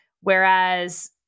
whereas